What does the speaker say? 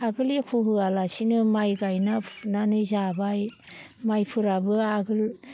आगोल एख' होआलासिनो माइ गायना फुनानै जाबाय माइफोराबो आगोल